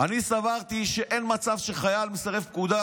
אני סברתי שאין מצב שחייל מסרב פקודה,